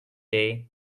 day